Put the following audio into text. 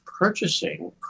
purchasing